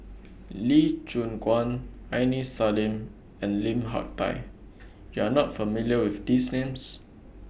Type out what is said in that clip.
Lee Choon Guan Aini Salim and Lim Hak Tai YOU Are not familiar with These Names